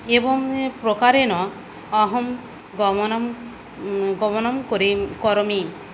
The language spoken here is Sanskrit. एवमेव प्रकारेण अहं गमनं करोमि